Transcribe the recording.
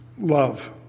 love